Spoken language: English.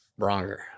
Bronger